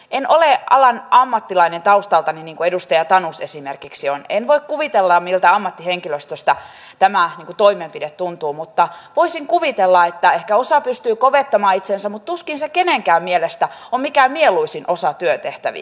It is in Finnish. en ole alan ammattilainen taustaltani niin kuin edustaja tanus esimerkiksi on en voi kuvitella miltä ammattihenkilöstöstä tämä toimenpide tuntuu mutta voisin kuvitella että ehkä osa pystyy kovettamaan itsensä mutta tuskin se kenenkään mielestä on mikään mieluisin osa työtehtäviä